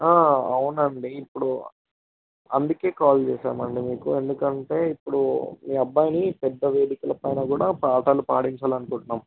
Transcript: అవునండి ఇప్పుడు అందుకే కాల్ చేసాం అండి మీకు ఎందుకంటే ఇప్పుడు మీ అబ్బాయిని పెద్ద వేదికల పైన కూడా పాటలు పాడించాలి అనుకుంటున్నాము